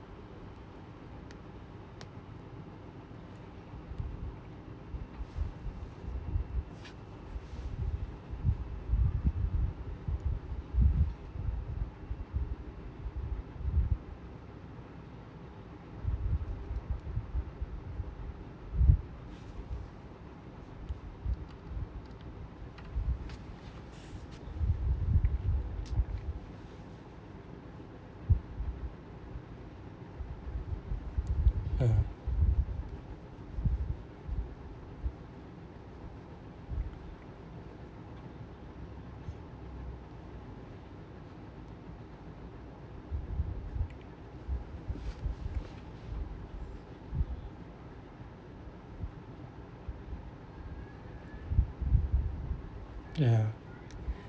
ya